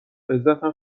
عزتم